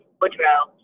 Woodrow